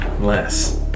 less